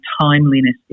timeliness